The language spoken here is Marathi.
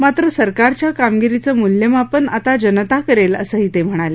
मात्र सरकारच्या कामगिरीचं मूल्यमापन आता जनता करेल असंही ते म्हणाले